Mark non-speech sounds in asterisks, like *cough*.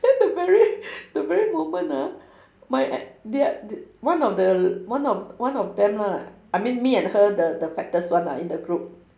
then the very *breath* the very moment ah my a~ th~ th~ one of the one of one of them lah I mean me and her the the fattest one ah in the group